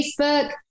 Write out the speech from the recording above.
Facebook